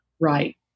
right